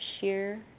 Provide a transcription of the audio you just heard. sheer